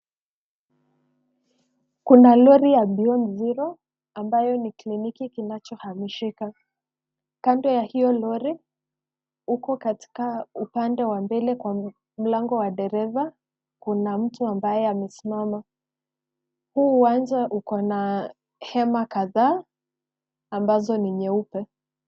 Kuna lori ya 'Beyond Zero' ambayo ni kliniki kinachohamishika. Kando ya hio lori, uko katika upande wa mbele kwa mlango wa dereva kuna mtu ambaye amesimama. Huu uwanja uko na hema kadhaa ambazo ni nyeupe.